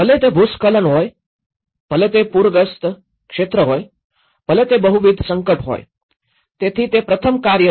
ભલે તે ભૂસ્ખલન હોય ભલે તે પૂરગ્રસ્ત ક્ષેત્ર હોય ભલે તે બહુવિધ સંકટ હોય તેથી તે પ્રથમ કાર્ય છે